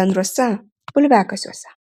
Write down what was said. bendruose bulviakasiuose